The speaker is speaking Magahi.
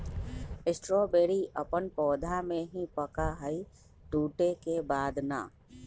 स्ट्रॉबेरी अपन पौधा में ही पका हई टूटे के बाद ना